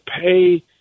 pay